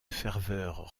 ferveur